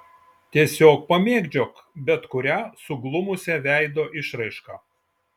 tiesiog pamėgdžiok bet kurią suglumusią veido išraišką